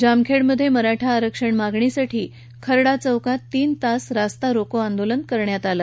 जामखेड मध्ये मराठा आरक्षण मागणीसाठी खर्डा चौकात तीन तास रास्ता रोको आंदोलन करण्यात आले